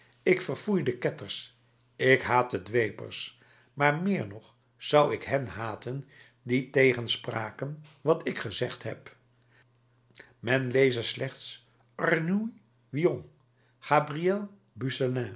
ik verfoei de ketters ik haat de dwepers maar meer nog zou ik hen haten die tegenspraken wat ik gezegd heb men leze slechts arnoul wion gabriel